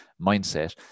mindset